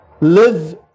live